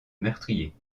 meurtrier